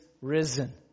risen